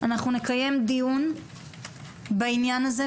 אנחנו נקיים דיון בעניין הזה,